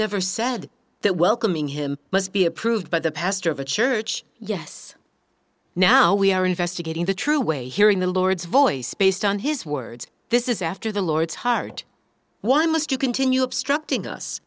never said that welcoming him must be approved by the pastor of the church yes now we are investigating the true way hearing the lord's voice based on his words this is after the lord's heart why must you continue obstructing us